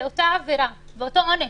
ואותה עבירה ואותו עונש,